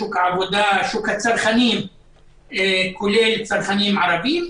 שוק העבודה ושוק הצרכנים כולל צרכנים ערבים,